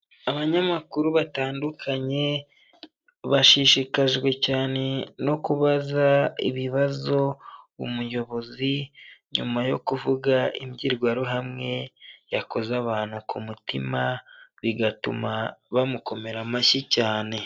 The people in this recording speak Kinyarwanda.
Abanyamakuru batandukanye bashishikajwe cyane no kubaza ibibazo umuyobozi nyuma yo kuvuga imbwiruhame yakoze abantu ku mutima, bigatuma bamukomera amashyi cyane.